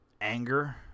anger